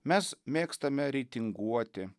mes mėgstame reitinguoti